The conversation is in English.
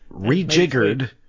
Rejiggered